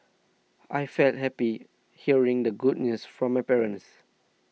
I felt happy hearing the good news from my parents